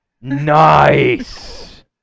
Nice